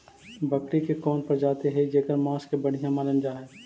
बकरी के कौन प्रजाति हई जेकर मांस के बढ़िया मानल जा हई?